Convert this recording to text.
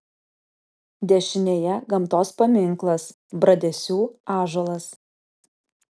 dešinėje gamtos paminklas bradesių ąžuolas